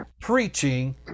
preaching